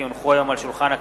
כי הונחו היום על שולחן הכנסת,